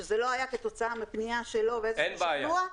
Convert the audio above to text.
וזה לא הייתה כתוצאה מפנייה שלו ואיזשהו שכנוע,